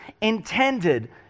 intended